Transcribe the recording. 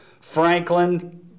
Franklin